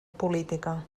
política